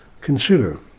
Consider